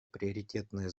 приоритетное